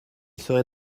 serait